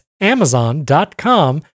amazon.com